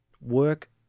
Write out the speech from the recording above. work